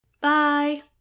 Bye